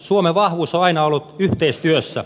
suomen vahvuus on aina ollut yhteistyössä